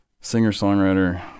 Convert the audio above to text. singer-songwriter